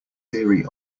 theory